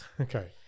Okay